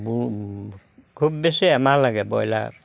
খুব বেছি এমাহ লাগে ব্ৰইলাৰ